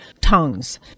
tongues